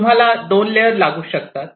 तुम्हाला 2 लेअर लागू शकतात